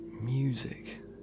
music